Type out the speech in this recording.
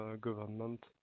government